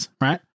Right